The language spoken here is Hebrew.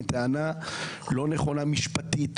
היא טענה לא נכונה משפטית,